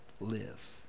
live